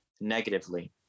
negatively